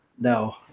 No